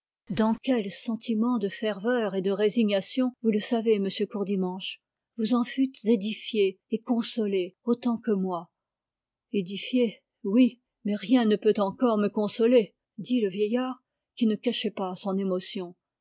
dans quels sentiments de ferveur et de résignation vous le savez monsieur courdimanche vous en fûtes édifié et consolé autant que moi édifié oui mais rien ne peut encore me consoler dit le vieillard qui ne cachait pas son émotion